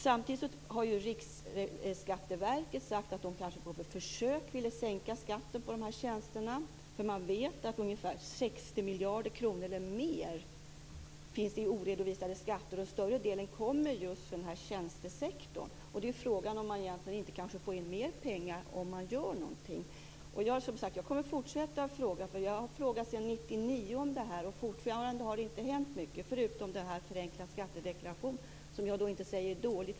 Samtidigt har Riksskatteverket sagt att man kanske på försök ville sänka skatten på de här tjänsterna. Man vet att ungefär 60 miljarder kronor eller mer finns i oredovisade skatter. Större delen kommer just från den här tjänstesektorn. Frågan är om man egentligen inte kan få in mer pengar om man gör någonting. Jag kommer att fortsätta att fråga. Jag har frågat sedan 1999 om detta, och fortfarande har det inte hänt mycket, förutom propositionen om förenklad skattedeklaration, som jag inte säger är dålig.